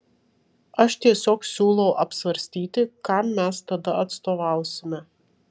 aš tiesiog siūlau apsvarstyti kam mes tada atstovausime